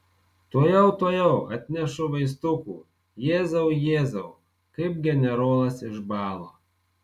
tuojau tuojau atnešu vaistukų jėzau jėzau kaip generolas išbalo